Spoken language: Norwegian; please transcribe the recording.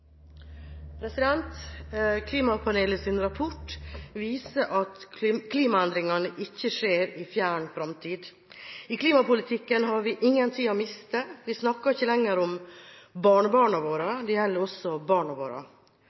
rapport viser at klimaendringene ikke skjer i fjern fremtid. I klimapolitikken har vi ingen tid å miste. Vi snakker ikke lenger om barnebarna våre – det gjelder også barna våre.